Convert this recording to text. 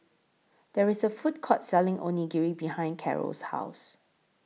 There IS A Food Court Selling Onigiri behind Caro's House